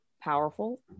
powerful